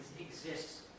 exists